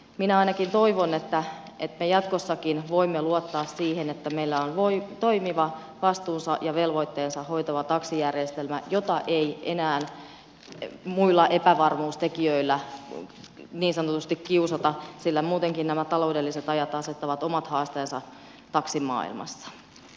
minä ainakin toivon että me jatkossakin voimme luottaa siihen että meillä on toimiva vastuunsa ja velvoitteensa hoitava taksijärjestelmä jota ei enää muilla epävarmuustekijöillä niin sanotusti kiusata sillä muutenkin nämä taloudelliset ajat asettavat omat haasteensa taksimaailmassa